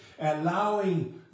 allowing